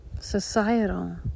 societal